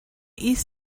east